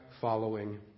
following